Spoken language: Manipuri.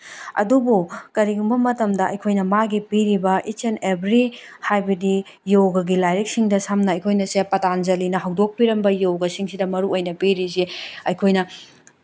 ꯑꯗꯨꯕꯨ ꯀꯔꯤꯒꯨꯝꯕ ꯃꯇꯝꯗ ꯑꯩꯈꯣꯏꯅ ꯃꯥꯒꯤ ꯄꯤꯔꯤꯕ ꯏꯠꯁ ꯑꯦꯟꯗ ꯑꯦꯚꯔꯤ ꯍꯥꯏꯕꯗꯤ ꯌꯣꯒꯒꯤ ꯂꯥꯏꯔꯤꯛꯁꯤꯡꯗ ꯁꯝꯅ ꯑꯩꯈꯣꯏꯅ ꯁꯦ ꯄꯇꯥꯟꯖꯂꯤꯅ ꯍꯧꯗꯣꯛꯄꯤꯔꯝꯕ ꯌꯣꯒꯁꯤꯡꯁꯤꯗ ꯃꯔꯨ ꯑꯣꯏꯅ ꯄꯤꯔꯤꯁꯦ ꯑꯩꯈꯣꯏꯅ